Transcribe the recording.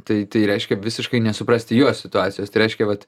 tai tai reiškia visiškai nesuprasti juos situacijos tai reiškia vat